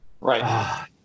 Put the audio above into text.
Right